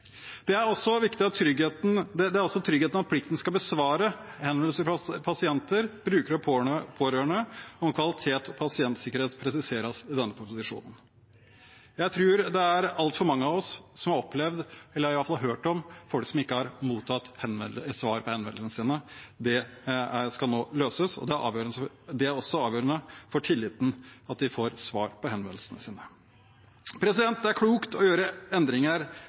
Det er også tryggheten for at man har en plikt til å besvare henvendelser fra pasienter, brukere og pårørende om kvalitet og pasientsikkerhet som presiseres i denne proposisjonen. Jeg tror det er altfor mange av oss som har opplevd, eller i alle fall har hørt om, folk som ikke har mottatt svar på henvendelsene sine. Det skal nå løses. Det er også avgjørende for tilliten at de får svar på henvendelsene sine. Det er klokt å gjøre endringer